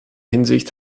hinsicht